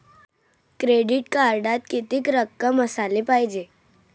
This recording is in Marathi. क्रेडिट कार्डात कितीक रक्कम असाले पायजे?